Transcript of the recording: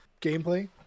gameplay